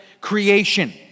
creation